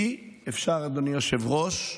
אי-אפשר, אדוני היושב-ראש,